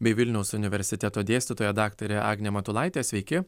bei vilniaus universiteto dėstytoja daktarė agnė matulaitė sveiki